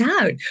out